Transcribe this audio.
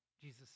Jesus